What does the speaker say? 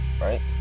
Right